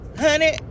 honey